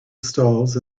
stalls